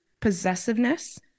possessiveness